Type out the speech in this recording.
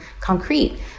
concrete